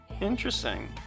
Interesting